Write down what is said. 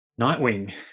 Nightwing